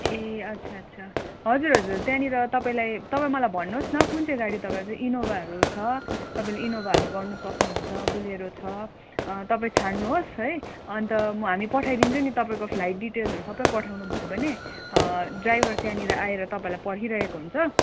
ए अच्छा अच्छा हजुर हजुर त्यहाँनिर तपाईँलाई तपाईँ मलाई भन्नुहोस् न कुन चाहिँ गाडी तपाईँलाई इनोभाहरू छ तपाईँले इनोभाहरू गर्नु सक्नुहुन्छ बोलेरो छ तपाईँ छान्नुहोस् है अन्त म हामी पठाइदिन्छु नि तपाईँको प्लाइट डिटेल्सहरू सबै पठाउनुभयो भने ड्राइभर त्यहाँनिर आएर तपाईँलाई पर्खिरहेको हुन्छ